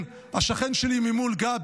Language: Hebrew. השכן שלי ממול,